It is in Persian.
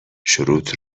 شروط